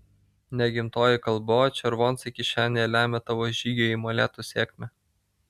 ne gimtoji kalba o červoncai kišenėje lemia tavo žygio į molėtus sėkmę